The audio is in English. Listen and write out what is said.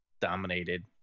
dominated